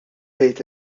tgħid